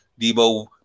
Debo